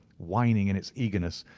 whining in its eagerness,